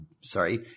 sorry